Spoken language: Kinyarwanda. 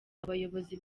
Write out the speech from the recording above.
abayobozi